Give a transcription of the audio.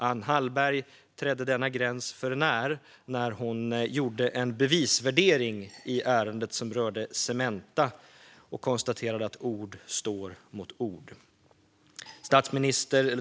Anna Hallberg trädde denna gräns för när då hon gjorde en bevisvärdering i ärendet som rörde Cementa och konstaterade att ord står mot ord.